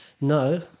No